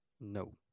No